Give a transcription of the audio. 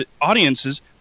audiences